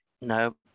no